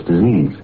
disease